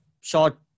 short